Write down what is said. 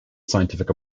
scientific